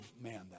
man